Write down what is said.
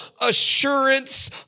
assurance